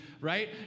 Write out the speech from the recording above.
right